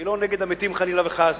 היא לא נגד המתים, חלילה וחס.